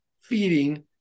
feeding